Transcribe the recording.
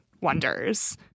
wonders